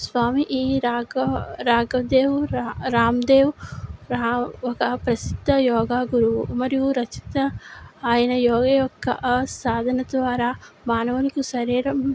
స్వామి ఈ రాఘ రాఘదేవ్ రాందేవ్ ఒక ప్రసిద్ధ యోగ గురువు మరియు రచిత ఆయన యోగ యొక్క సాధన ద్వారా మానవునికి శరీరం